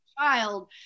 child